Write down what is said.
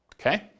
Okay